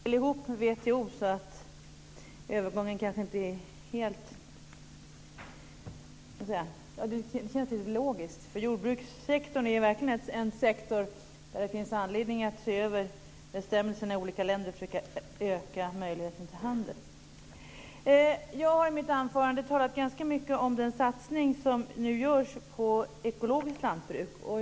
Herr talman! Jordbruket hänger ihop med WTO så övergången känns logisk. Jordbrukssektorn är verkligen en sektor där det finns anledning att se över bestämmelserna i olika länder för att öka möjligheten till handel. Jag har i mitt anförande talat ganska mycket om den satsning som nu görs på ekologiskt lantbruk.